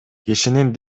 кишинин